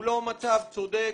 הוא לא מצב צודק,